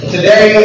Today